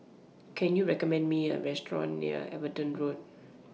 Can YOU recommend Me A Restaurant near Everton Road